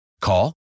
Call